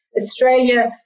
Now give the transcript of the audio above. Australia